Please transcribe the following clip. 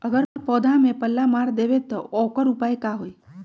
अगर पौधा में पल्ला मार देबे त औकर उपाय का होई?